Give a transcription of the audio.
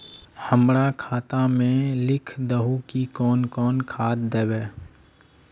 हमरा खाता में लिख दहु की कौन कौन खाद दबे?